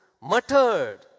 Muttered